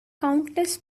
countless